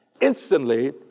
Instantly